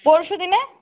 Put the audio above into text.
পরশু দিনে